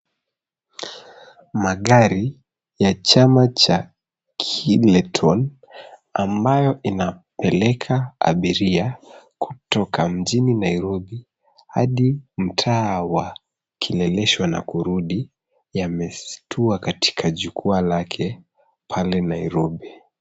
Magari ya chama cha Kileton, ambayo inapeleka abiria kutoka mjini Nairobi, hadi mtaa wa Kileleshwa na kurudi, yametua katika jukwaa lake pale Nairobi.